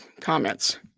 comments